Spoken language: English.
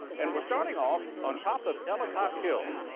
and we're starting off on top of ellicott hill,